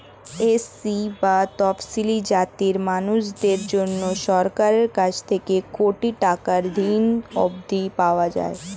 SC বা তফশিলী জাতির মানুষদের জন্যে সরকারের কাছ থেকে কোটি টাকার ঋণ অবধি পাওয়া যায়